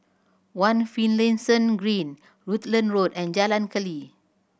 One Finlayson Green Rutland Road and Jalan Keli